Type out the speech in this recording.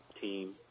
team